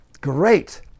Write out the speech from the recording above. great